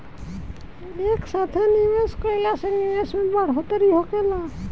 एक साथे निवेश कईला से निवेश में बढ़ोतरी होखेला